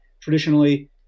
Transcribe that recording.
traditionally